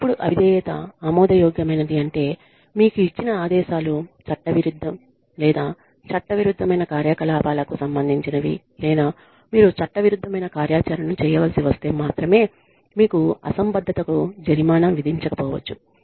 ఎప్పుడు అవిధేయత ఆమోదయోగ్యమైనది అంటే మీకు ఇచ్చిన ఆదేశాలు చట్టవిరుద్ధం లేదా చట్టవిరుద్ధమైన కార్యకలాపాలకు సంబంధించినవి లేదా మీరు చట్టవిరుద్ధమైన కార్యాచరణను చేయవలసి వస్తే మాత్రమే మీకు అసంబద్ధతకు జరిమానా విధించకపోవచ్చు